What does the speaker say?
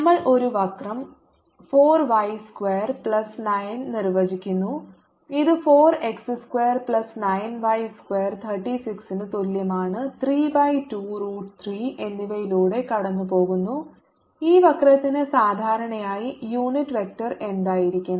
നമ്മൾ ഒരു വക്രം 4 y സ്ക്വയർ പ്ലസ് 9 നിർവചിക്കുന്നു ഇത് 4 x square plus 9 y square 36 ന് തുല്യമാണ് 3 ബൈ 2 റൂട്ട് 3 എന്നിവയിലൂടെ കടന്നുപോകുന്നു ഈ വക്രത്തിന് സാധാരണ യൂണിറ്റ് വെക്റ്റർ എന്തായിരിക്കും